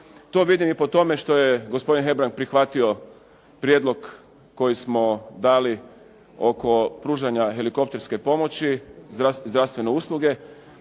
To vidim i po tome što je gospodin Hebrang prihvatio prijedlog koji smo dali oko pružanja helikopterske pomoći zdravstvene usluge.